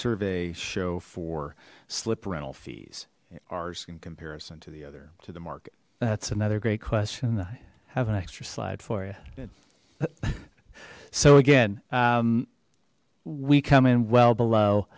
survey show for slip rental fees ours in comparison to the other two the market that's another great question i have an extra slide for you so again we come in well